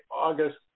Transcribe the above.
August